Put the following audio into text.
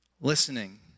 listening